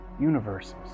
universes